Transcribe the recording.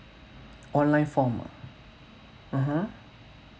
online form uh mmhmm